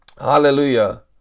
Hallelujah